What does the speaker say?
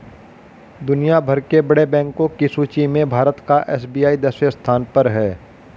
दुनिया भर के बड़े बैंको की सूची में भारत का एस.बी.आई दसवें स्थान पर है